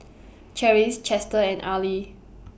Cherise Chester and Arley